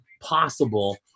possible